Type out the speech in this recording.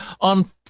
on